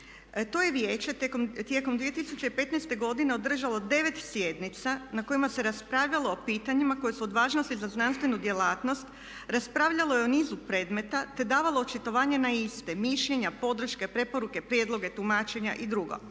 To je Vijeće tijekom 2015. godine održalo 9 sjednica na kojima se raspravljalo o pitanjima koja su od važnosti za znanstvenu djelatnost, raspravljalo je o nizu predmeta, te davalo očitovanje na iste. Mišljenja podrške, preporuke, prijedloge, tumačenja i drugo.